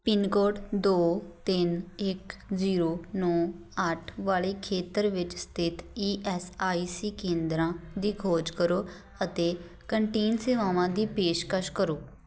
pin code ਦੋ ਤਿੰਨ ਇੱਕ ਜ਼ੀਰੋ ਨੌ ਅੱਠ ਵਾਲੇ ਖੇਤਰ ਵਿੱਚ ਸਥਿਤ ਈ ਐੱਸ ਆਈ ਸੀ ਕੇਂਦਰਾਂ ਦੀ ਖੋਜ ਕਰੋ ਅਤੇ ਕੰਟੀਨ ਸੇਵਾਵਾਂ ਦੀ ਪੇਸ਼ਕਸ਼ ਕਰੋ